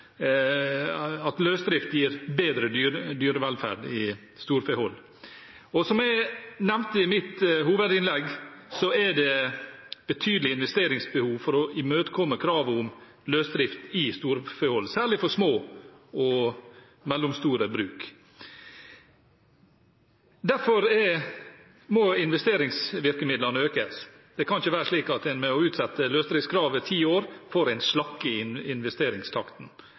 at løsdrift gir bedre dyrevelferd i storfehold. Som jeg nevnte i mitt hovedinnlegg, er det et betydelig investeringsbehov for å imøtekomme kravet om løsdrift i storfehold, særlig for små og mellomstore bruk. Derfor må investeringsvirkemidlene økes. Det kan ikke være slik at en ved å utsette løsdriftskravet i ti år får en slakk i investeringstakten.